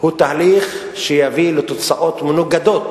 כל הנוכחים נמצאים